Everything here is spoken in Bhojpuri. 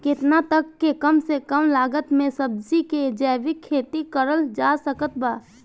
केतना तक के कम से कम लागत मे सब्जी के जैविक खेती करल जा सकत बा?